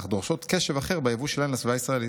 אך דורשות קשב אחר ביבוא שלהן לסביבה ישראלית?